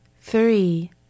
three